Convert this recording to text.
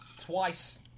twice